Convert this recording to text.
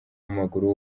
w’amaguru